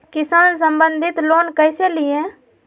किसान संबंधित लोन कैसै लिये?